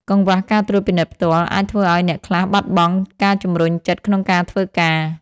កង្វះការត្រួតពិនិត្យផ្ទាល់ អាចធ្វើឱ្យអ្នកខ្លះបាត់បង់ការជំរុញចិត្តក្នុងការធ្វើការ។